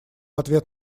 ответ